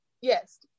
yes